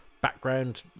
background